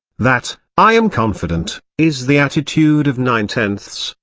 that, i am confident, is the attitude of nine-tenths,